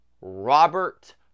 Robert